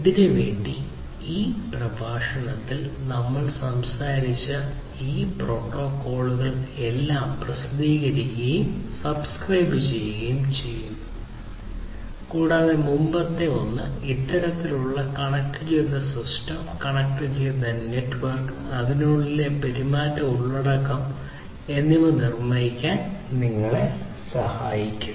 ഇതിനുവേണ്ടി ഈ പ്രഭാഷണത്തിൽ നമ്മൾ സംസാരിച്ച ഈ പ്രോട്ടോക്കോളുകളെല്ലാം പ്രസിദ്ധീകരിക്കുകയും സബ്സ്ക്രൈബുചെയ്യുകയും ചെയ്യുന്നു കൂടാതെ മുമ്പത്തെ ഒന്ന് ഇത്തരത്തിലുള്ള കണക്റ്റുചെയ്ത സിസ്റ്റം കണക്റ്റുചെയ്ത നെറ്റ്വർക്ക് അതിനുള്ളിലെ പെരുമാറ്റ ഉള്ളടക്കം എന്നിവ നിർമ്മിക്കാൻ നിങ്ങളെ സഹായിക്കും